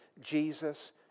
Jesus